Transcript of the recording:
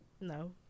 no